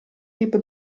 tipo